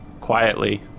quietly